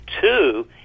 two